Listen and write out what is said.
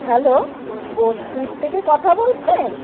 hello Bose sweet থেকে কথা বলছেন